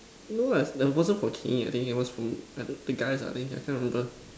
no what the bottle for I think it was from uh the guys I think I can't remember